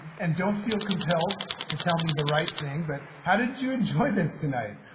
and don't feel compelled to tell me the right thing. but how did you enjoy this tonight,